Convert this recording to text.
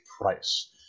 price